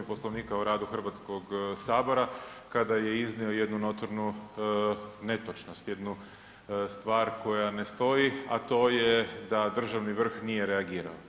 Poslovnika o radu Hrvatskog sabora kada je iznio jednu notornu netočnost, jednu stvar koja ne stoji, a to je da državni vrh nije reagirao.